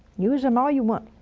use them all you want!